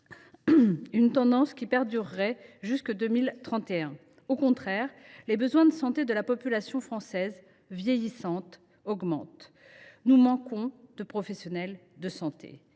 cette tendance perdurerait jusque 2031. Au contraire, les besoins de santé de la population française, vieillissante, augmentent. Nous manquons de professionnels de santé.